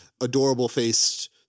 adorable-faced